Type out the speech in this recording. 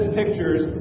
pictures